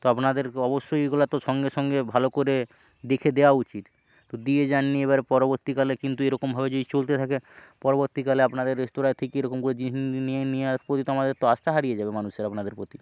তো আপনাদের অবশ্যই ওইগুলো তো সঙ্গে সঙ্গে ভালো করে দেখে দেওয়া উচিত তো দিয়ে যাননি এবার পরবর্তীকালে কিন্তু এ রকমভাবে যদি চলতে থাকে পরবর্তীকালে আপনাদের রেস্তরাঁ থেকে এ রকম করে জিনিস নিয়ে আসব তো আমাদের তো আস্থা হারিয়ে যাবে মানুষের আপনাদের প্রতি